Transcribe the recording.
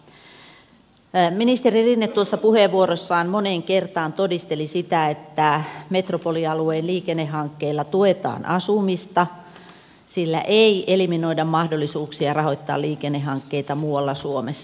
ministeri rinne tuossa puheenvuorossaan moneen kertaan todisteli sitä että metropolialueen liikennehankkeilla tuetaan asumista sillä ei eliminoida mahdollisuuksia rahoittaa liikennehankkeita muualla suomessa